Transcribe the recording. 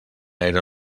era